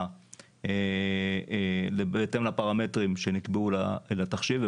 בהתאם לפרמטרים שנקבעו לתחשיב,